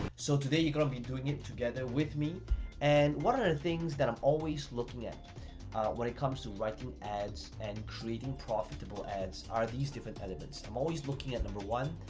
so today you're gonna be doing it together with me and one of the things that i'm always looking at when it comes to writing ads and creating profitable ads are these different elements. i'm always looking at number one,